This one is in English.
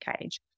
cage